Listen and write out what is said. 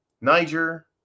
Niger